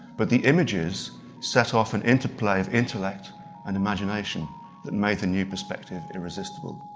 but the images set off an interplay of intellect and imagination that made the new perspective irresistible.